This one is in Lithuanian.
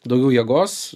daugiau jėgos